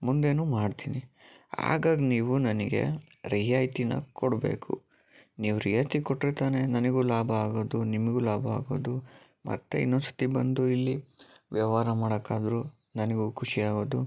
ಮುಂದೇಯೂ ಮಾಡ್ತೀನಿ ಹಾಗಾಗಿ ನೀವು ನನಗೆ ರಿಯಾಯಿತಿನ ಕೊಡಬೇಕು ನೀವು ರಿಯಾಯಿತಿ ಕೊಟ್ಟರೆ ತಾನೆ ನನಗೂ ಲಾಭ ಆಗೋದು ನಿಮಗೂ ಲಾಭ ಆಗೋದು ಮತ್ತೆ ಇನ್ನೊಂದ್ಸರ್ತಿ ಬಂದು ಇಲ್ಲಿ ವ್ಯವಹಾರ ಮಾಡೋಕಾದ್ರೂ ನನಗೂ ಖುಷಿ ಆಗೋದು